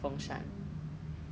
um this year